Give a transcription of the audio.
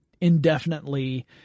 indefinitely